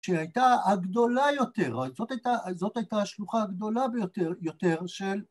שהייתה הגדולה יותר. זאת הייתה, זאת הייתה השלוחה הגדולה ביותר, יותר, של